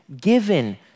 given